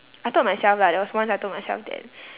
I told myself lah there was once I told myself that